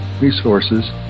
resources